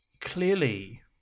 Clearly